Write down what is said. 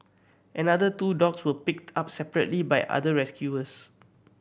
another two dogs were picked up separately by other rescuers